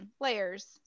layers